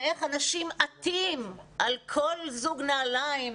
ואיך אנשים עטים על כל זוג נעליים,